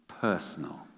personal